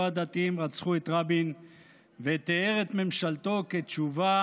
הדתיים רצחו את רבין ותיאר את ממשלתו כתשובה